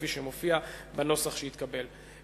כפי שמופיע בנוסח שהתקבל.